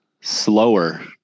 slower